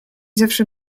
zawsze